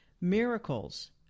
Miracles